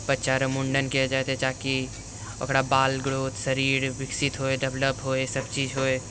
बच्चा रऽ मुण्डन कएल जाइ छै ताकि ओकरा बाल ग्रोथ शरीर विकसित होइ डेवलप होइ सबचीज होइ